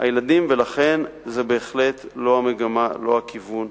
ולכן זה בהחלט לא המגמה, לא הכיוון.